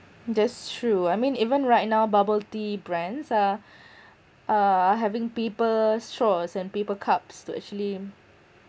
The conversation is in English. that's true I mean even right now bubble tea brands are uh having paper straws and paper cups to actually